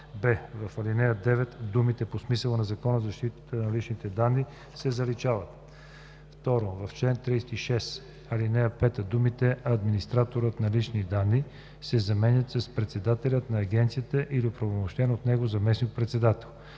б) в ал. 9 думите „по смисъла на Закона за защита на личните данни“ се заличават. 2. В чл. 36, ал. 5 думите „Администраторът на лични данни” се заменят с „Председателят на агенцията или оправомощен от него заместник-председател”.